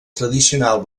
tradicional